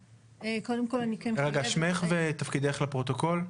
שמך ותפקידך לפרוטוקול.